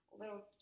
little